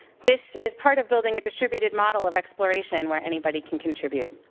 this is part of building a distributed model of exploration where anybody can contribute.